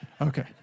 Okay